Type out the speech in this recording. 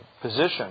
position